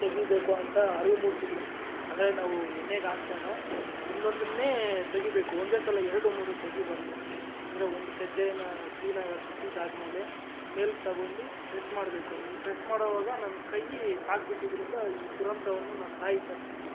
ತೆಗೀಬೇಕು ಅಂತ ಅರಿವು ಮೂಡಿಸಿದ್ರು ಅಂದರೆ ನಾವು ಎಣ್ಣೆಗೆ ಹಾಕ್ದಾಗ ಒಂದೊಂದನ್ನೇ ತೆಗೀಬೇಕು ಒಂದೇ ಸಲ ಎರಡೂ ಮೂರು ತೆಗೀಬಾರದು ಅಂದರೆ ಒಂದು ಕಜ್ಜಾಯನ ಕ್ಲೀನಾಗಿ ಸುಟ್ಟಿದ್ದಾದ್ಮೇಲೆ ಮೇಲಕ್ಕೆ ತೊಗೊಂಡು ಪ್ರೆಸ್ ಮಾಡಬೇಕು ಈ ಪ್ರೆಸ್ ಮಾಡೋವಾಗ ನನ್ನ ಕೈ ತಾಗಿಬಿಟ್ಟಿದ್ರಿಂದ ಈ ದುರಂತವನ್ನು ನನ್ನ ತಾಯಿ ತಪ್ಪಿಸಿದ್ರು